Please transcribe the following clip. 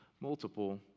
multiple